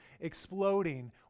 exploding